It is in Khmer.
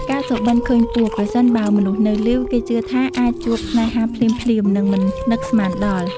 ការសុបិនឃើញពស់ ប្រសិនបើមនុស្សនៅលីវ គេជឿថាអាចជួបស្នេហាភ្លាមៗ និងមិននឹកស្មានដល់។